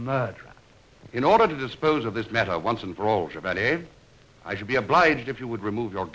truck in order to dispose of this matter once and for all about it i should be obliged if you would remove your